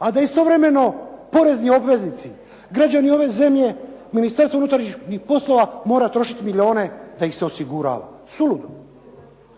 A da istovremeno porezni obveznici, građani ove zemlje, Ministarstvo unutarnjih poslova mora trošiti milijune da ih se osigurava. Suludo.